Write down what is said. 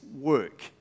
work